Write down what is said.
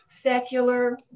secular